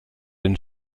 den